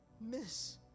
miss